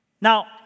Now